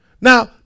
Now